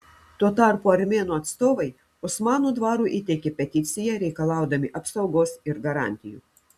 tuo tarpu armėnų atstovai osmanų dvarui įteikė peticiją reikalaudami apsaugos ir garantijų